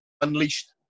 unleashed